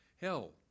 Hell